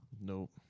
Nope